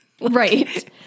Right